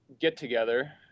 get-together